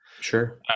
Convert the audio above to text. Sure